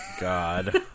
God